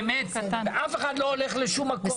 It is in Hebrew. באמת אף אחד לא הולך לשום מקום.